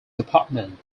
department